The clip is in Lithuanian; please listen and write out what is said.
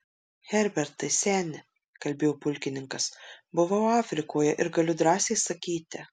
herbertai seni kalbėjo pulkininkas buvau afrikoje ir galiu drąsiai sakyti